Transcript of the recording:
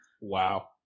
Wow